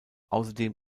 außerdem